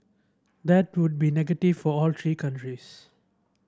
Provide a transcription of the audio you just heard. that would be negative for all three countries